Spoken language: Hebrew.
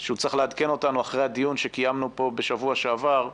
שהוא צריך לעדכן אותנו אחרי הדיון שקיימנו פה בשבוע שעבר.